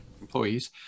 employees